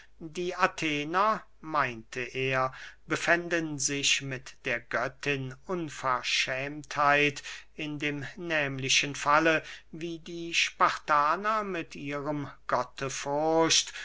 die athener meinte er befänden sich mit der göttin unverschämtheit in dem nehmlichen falle wie die spartaner mit ihrem